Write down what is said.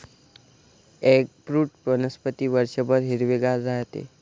eggfruit वनस्पती वर्षभर हिरवेगार राहते